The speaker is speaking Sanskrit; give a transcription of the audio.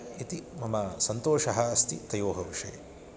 इति मम सन्तोषः अस्ति तयोः विषये